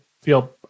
feel